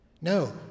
No